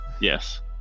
Yes